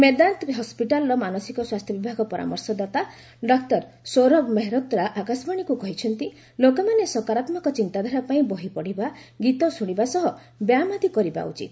ମେଦାନ୍ତ ହସ୍କିଟାଲ୍ର ମାନସିକ ସ୍ୱାସ୍ଥ୍ୟ ବିଭାଗ ପରାମର୍ଶଦାତା ଡାକ୍ତର ସୌରଭ ମେହରୋତ୍ରା ଆକାଶବାଣୀକୁ କହିଛନ୍ତି ଲୋକମାନେ ସକାରାତ୍କକ ଚିନ୍ତାଧାରା ପାଇଁ ବହି ପଢ଼ିବା ଗୀତା ଶୁଣିବା ସହ ବ୍ୟାୟାମ ଆଦି କରିବା ଉଚିତ